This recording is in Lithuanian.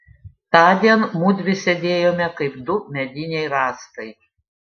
tądien mudvi sėdėjome kaip du mediniai rąstai